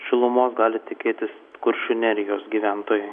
šilumos gali tikėtis kuršių nerijos gyventojai